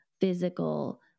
physical